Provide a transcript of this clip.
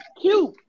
cute